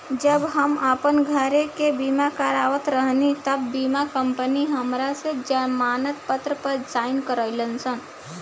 जब हम आपन घर के बीमा करावत रही तब बीमा कंपनी हमरा से जमानत पत्र पर साइन करइलस